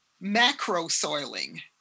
macro-soiling